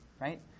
right